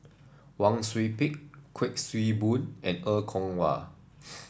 Wang Sui Pick Kuik Swee Boon and Er Kwong Wah